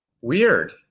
Weird